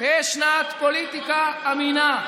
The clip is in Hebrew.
תהא שנת פוליטיקה אמינה,